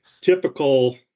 typical